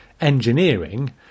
engineering